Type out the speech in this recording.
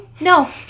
No